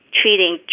treating